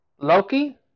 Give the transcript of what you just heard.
Loki